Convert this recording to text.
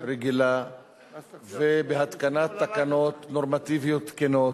רגילה ובהתקנת תקנות נורמטיביות תקינות,